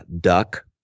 duck